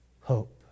hope